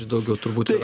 daugiau turbūt yra